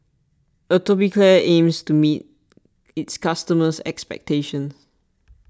Atopiclair aims to meet its customers' expectations